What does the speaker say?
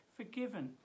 forgiven